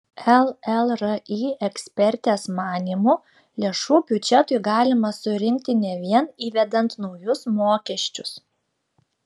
llri ekspertės manymu lėšų biudžetui galima surinkti ne vien įvedant naujus mokesčius